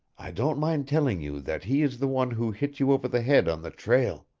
i don't mind telling you that he is the one who hit you over the head on the trail,